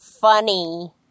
Funny